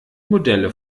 modelle